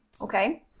okay